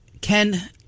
Ken